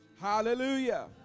hallelujah